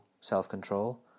self-control